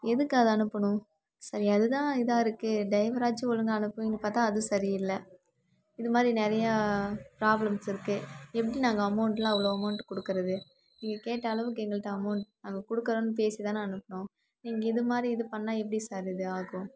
எதுக்கு அது அனுப்புணும் சரி அது தான் இதாக இருக்குது ட்ரைவராச்சும் ஒழுங்காக அனுப்புவிங்கன்னு பார்த்தா அது சரி இல்லை இது மாதிரி நிறையா ப்ராப்ளம்ஸ் இருக்குது எப்படி நாங்கள் அமௌண்ட்லாம் அவ்வளோ அமௌண்ட்டு கொடுக்கறது நீங்கள் கேட்ட அளவுக்கு எங்கள்கிட்ட அமௌண்ட் நாங்கள் கொடுக்குறோன்னு பேசி தான் அனுப்புனோம் நீங்கள் இது மாதிரி இது பண்ணா எப்படி சார் இது ஆகும்